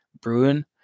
Bruin